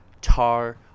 Tar